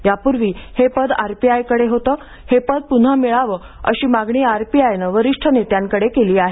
यापूर्वी हे पद आरपीआयकडे होत हे पद पुन्हा मिळावं अशी मागणी आरपीआयनं वरिष्ठ नेत्यांकडे केली आहे